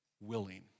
willing